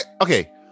Okay